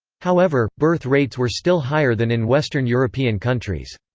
however, birth rates were still higher than in western european countries.